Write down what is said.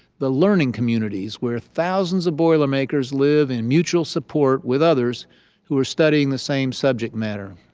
the learning communities where thousands of boilermakers live in mutual support with others who are studying the same subject matter.